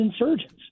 insurgents